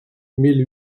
mille